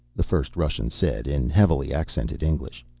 the first russian said, in heavily accented english.